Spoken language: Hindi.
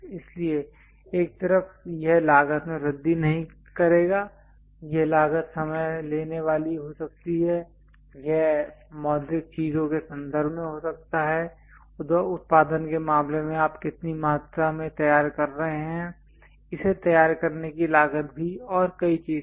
इसलिए एक तरफ यह लागत में वृद्धि नहीं करेगा यह लागत समय लेने वाली हो सकती है यह मौद्रिक चीजों के संदर्भ में हो सकता है उत्पादन के मामले में आप कितनी मात्रा में तैयार करना चाहते हैं इसे तैयार करने की लागत भी और कई चीजें हैं